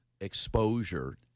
exposure